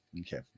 Okay